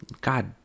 God